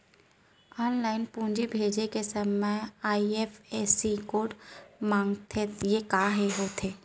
Online पूंजी भेजे के समय आई.एफ.एस.सी कोड माँगथे त ये ह का होथे?